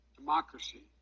democracy